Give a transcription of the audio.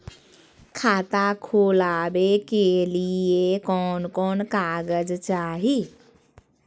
खाता खोलाबे के लिए कौन कौन कागज चाही?